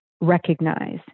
recognize